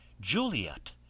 Juliet